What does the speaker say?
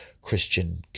Christian